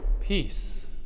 Peace